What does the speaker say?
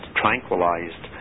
tranquilized